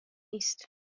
نیست